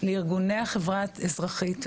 לארגוני החברה האזרחית,